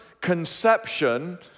Conception